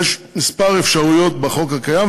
יש מספר אפשרויות בחוק הקיים,